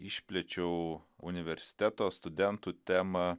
išplėčiau universiteto studentų temą